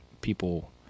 people